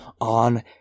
on